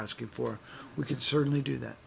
asking for we could certainly do that